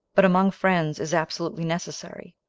but among friends is absolutely necessary,